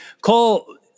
Cole